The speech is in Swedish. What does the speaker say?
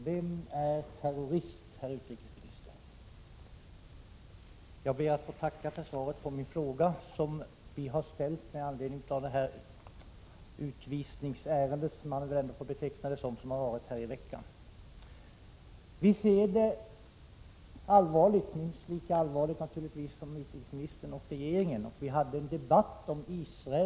Herr talman! Vem är terrorist, herr utrikesminister? Jag ber att få tacka för svaret på min fråga, som vpk står bakom och som har ställts med anledning av det utvisningsärende — man får väl ändå beteckna detta ärende som ett sådant — som har varit aktuellt den här veckan. Vi ser allvarligt på detta — minst lika allvarligt, naturligtvis, som utrikesmi 27 november 1986 nistern och regeringen i övrigt ser på den.